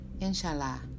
Inshallah